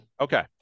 okay